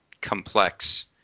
complex